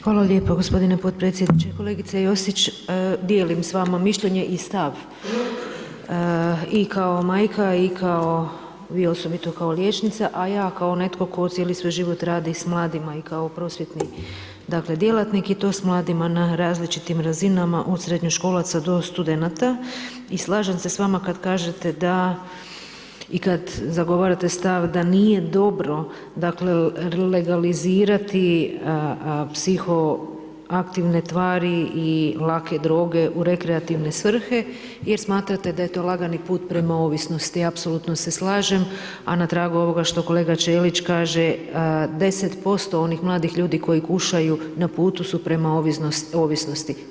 Hvala lijepo gospodine podpredsjedniče, kolegice Josić dijelim s vama mišljenje i stav i kao majka i kao vi osobito kao liječnica a ja kao netko tko cijeli svoj život radi s mladima i kao prosvjetni djelatnik, i to s mladima na različitim razinama od srednjoškolaca do studenata i slažem se s vama kad kažete da i kad zagovarate stav da nije dobro legalizirati psihoaktivne tvari i lake droge u rekreativne svrhe jer smatrate da je to lagani put prema ovisnosti, apsolutno se slažem a na tragu ovoga što kolega Ćelić kaže, 10% onih mladih ljudi koji kušaju, na putu su prema ovisnosti.